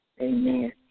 Amen